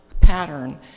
pattern